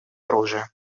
оружия